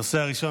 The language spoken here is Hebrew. ירושלים,